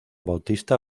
bautista